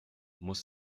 muss